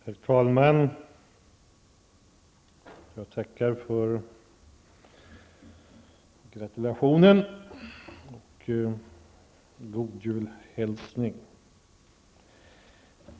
Herr talman! Jag tackar för gratulationen och julhälsningen.